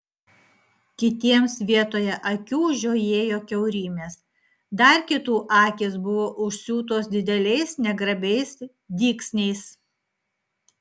kitiems vietoje akių žiojėjo kiaurymės dar kitų akys buvo užsiūtos dideliais negrabiais dygsniais